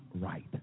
right